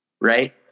right